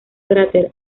cráter